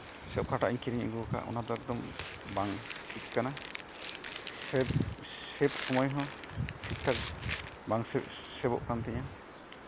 ᱥᱮ ᱚᱠᱟᱴᱟᱜ ᱤᱧ ᱠᱤᱨᱤᱧ ᱟᱹᱜᱩ ᱠᱟᱜᱼᱟ ᱚᱱᱟᱫᱚ ᱮᱠᱫᱚᱢ ᱵᱟᱝ ᱴᱷᱤᱠ ᱠᱟᱱᱟ ᱥᱮ ᱥᱮᱵᱷ ᱥᱚᱢᱚᱭ ᱦᱚᱸ ᱴᱷᱤᱠ ᱴᱷᱟᱠ ᱵᱟᱝ ᱥᱮᱹᱵᱷᱚᱜ ᱠᱟᱱ ᱛᱤᱧᱟ